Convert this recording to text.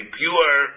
pure